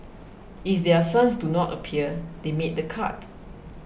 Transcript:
if their sons do not appear they made the cut